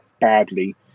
badly